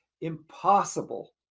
impossible